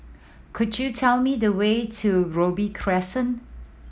could you tell me the way to Robey Crescent